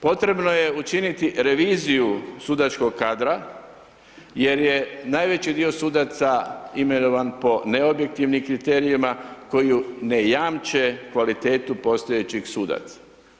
Potrebno je učiniti reviziju sudačkog kadra jer je najveći dio sudaca imenovan po neobjektivnim kriterijima koji ne jamče kvalitetu postojećih sudaca.